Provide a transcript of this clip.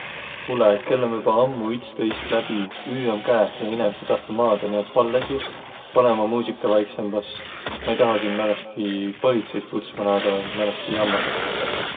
Kuulõq, kell om joba ammuq ütstõist läbi! Üü om käeh ja inemiseq tahtvaq maadaq, nii et pallõsiq, panõq uma muusika vaiksõmbas! Ma ei tahaq siin määnegi politseid kutsma naadaq vai määnestki jamma tekütäq.